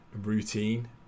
routine